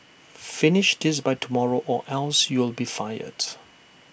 finish this by tomorrow or else you'll be fired